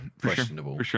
questionable